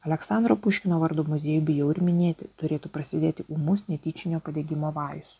aleksandro puškino vardo muziejų bijau ir minėti turėtų prasidėti ūmus netyčinio padegimo vajus